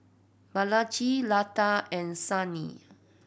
Balaji Lata and Sunil